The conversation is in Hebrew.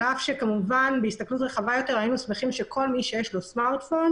למרות שהיינו שמחים שכל מי שיש לו טלפון